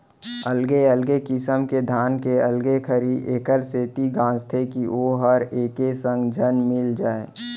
अलगे अलगे किसम के धान के अलगे खरही एकर सेती गांजथें कि वोहर एके संग झन मिल जाय